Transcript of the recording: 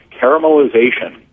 Caramelization